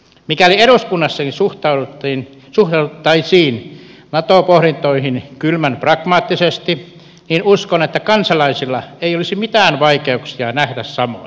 mikäli eduskunnassakin suhtauduttaisiin nato pohdintoihin kylmän pragmaattisesti niin uskon että kansalaisilla ei olisi mitään vaikeuksia tehdä samoin